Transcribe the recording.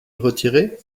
retiré